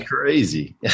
crazy